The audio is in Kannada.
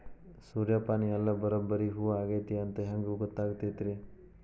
ಸೂರ್ಯಪಾನ ಎಲ್ಲ ಬರಬ್ಬರಿ ಹೂ ಆಗೈತಿ ಅಂತ ಹೆಂಗ್ ಗೊತ್ತಾಗತೈತ್ರಿ?